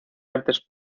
artes